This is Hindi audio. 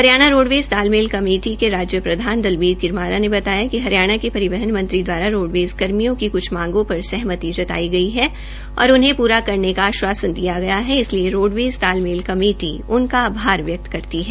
हरियाणा रोडवेज तालमेल कमेटी के राज्य प्रधान दलबीर किरमारा ने बताया कि हरियाणा के परिवहन मंत्री दवारा रोडवेज कर्मियों की कुछ मांगों पर सहमति जताई गई और उन्हें पूरा करने का आश्वासन दिया गया है इसलिए रोडवेज तालमेल कमेटी उनका आभार व्यक्त करती है